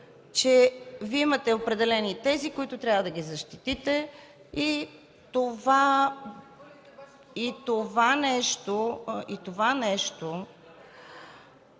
че имате определени тези, които трябва да защитите и това нещо...